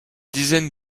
dizaines